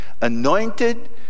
anointed